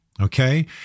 Okay